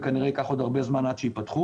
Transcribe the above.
וכנראה ייקח עוד הרבה זמן עד שייפתחו,